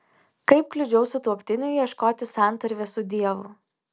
kaip kliudžiau sutuoktiniui ieškoti santarvės su dievu